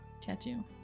tattoo